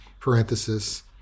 parenthesis